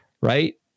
right